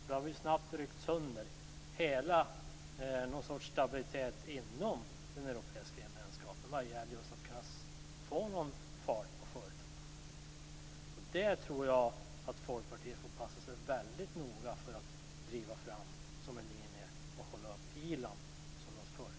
Då har vi snabbt ryckt sönder stabiliteten inom den europeiska gemenskapen vad gäller att kunna få någon fart på företagande. Det tror jag att Folkpartiet får passa sig väldigt noga för att driva fram som en linje och hålla Irland som någon sorts föregångsland.